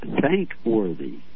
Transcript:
thankworthy